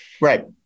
right